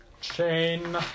chain